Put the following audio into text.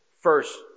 first